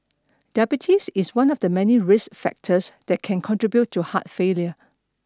diabetes is one of the many risk factors that can contribute to heart failure